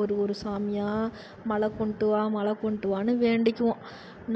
ஒரு ஒரு சாமியாக மழ கொண்டுட்டு வா மழ கொண்டுட்டு வான்னு வேண்டிக்குவோம்